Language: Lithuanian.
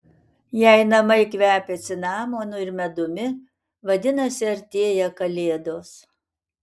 jei namai kvepia cinamonu ir medumi vadinasi artėja kalėdos